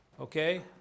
Okay